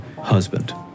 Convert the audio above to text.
husband